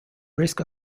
risk